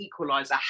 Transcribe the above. equaliser